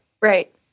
Right